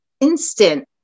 instant